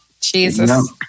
Jesus